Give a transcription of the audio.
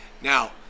now